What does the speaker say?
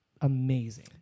amazing